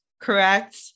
correct